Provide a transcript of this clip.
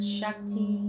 Shakti